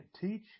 teach